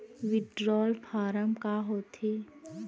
withdrawal form का होथेय